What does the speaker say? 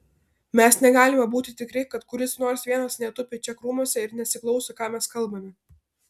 mes negalime būti tikri kad kuris nors vienas netupi čia krūmuose ir nesiklauso ką mes kalbame